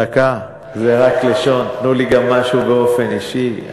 דקה, זה רק לשון, תנו לי גם משהו באופן אישי.